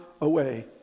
away